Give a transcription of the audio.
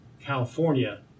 California